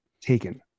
taken